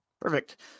Perfect